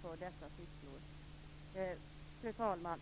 på amatörbasis. Fru talman!